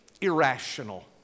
irrational